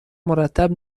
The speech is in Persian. مرتب